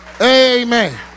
Amen